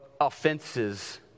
offenses